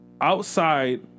outside